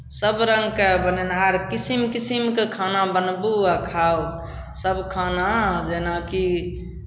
सभ रङ्गके बनेनहार किसिम किसिमके खाना बनबू आ खाउ सभ खाना जेना कि